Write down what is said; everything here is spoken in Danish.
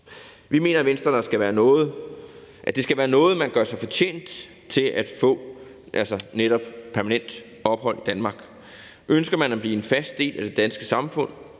i Venstre, at det skal være noget, man gør sig fortjent til at få, altså netop permanent ophold i Danmark. Ønsker man at blive en fast del af det danske samfund,